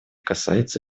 касается